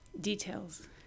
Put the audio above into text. details